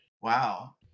wow